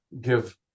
give